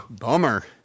Bummer